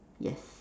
yes